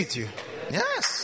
yes